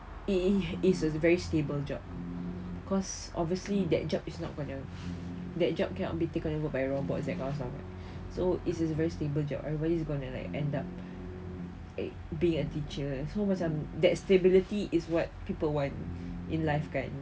it it is a very stable job cause obviously that job is not gonna that job cannot be taken by robots that kind of stuff so it is a very stable job everybody's gonna like end up like being a teacher so macam that stability is what people want in life kan